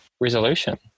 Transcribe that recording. resolution